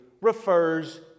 refers